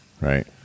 right